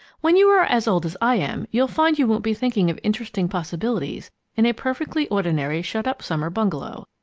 when you are as old as i am, you'll find you won't be thinking of interesting possibilities in a perfectly ordinary shut-up summer bungalow.